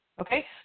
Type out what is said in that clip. Okay